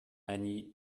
annie